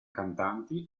cantanti